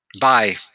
Bye